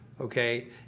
Okay